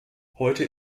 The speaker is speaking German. heute